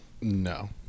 no